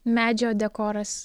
medžio dekoras